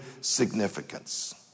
significance